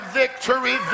victory